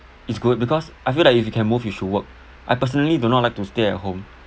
is good because I feel like you if you can move you should work I personally do not like to stay at home